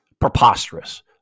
preposterous